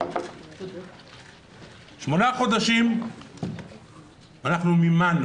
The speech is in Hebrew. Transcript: שמונה חודשים אנחנו מימנו